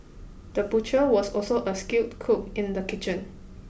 the butcher was also a skilled cook in the kitchen